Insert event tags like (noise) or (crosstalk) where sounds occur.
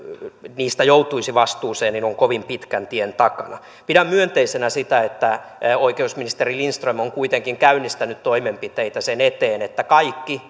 niistä joutuisi vastuuseen on kovin pitkän tien takana pidän myönteisenä sitä että oikeusministeri lindström on kuitenkin käynnistänyt toimenpiteitä sen eteen että kaikki (unintelligible)